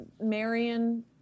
Marion